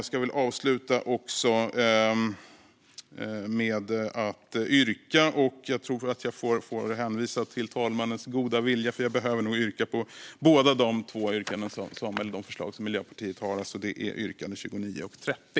Jag ska avsluta med att yrka bifall till Miljöpartiets båda reservationer, alltså reservationerna 29 och 30.